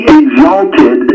exalted